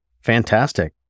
Fantastic